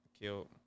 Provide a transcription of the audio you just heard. killed